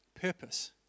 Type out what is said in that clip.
purpose